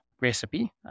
recipe